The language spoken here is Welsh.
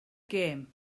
gêm